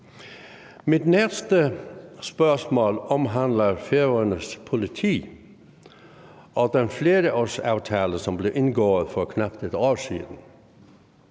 Mit næste spørgsmål omhandler Færøernes politi og den flerårsaftale, som blev indgået for knap et år siden.